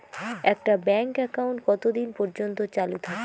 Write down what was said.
একটা bank account কতদিন পর্যন্ত চালু থাকে?